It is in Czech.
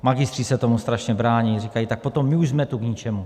Magistři se tomu strašně brání, říkají: Tak potom my už jsme tu k ničemu.